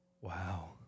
Wow